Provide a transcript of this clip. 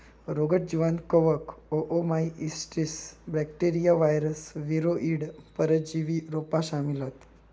रोगट जीवांत कवक, ओओमाइसीट्स, बॅक्टेरिया, वायरस, वीरोइड, परजीवी रोपा शामिल हत